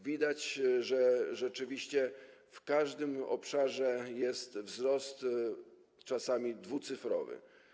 Widać, że rzeczywiście w każdym obszarze jest wzrost, czasami dwucyfrowy.